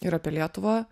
ir apie lietuvą